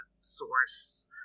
source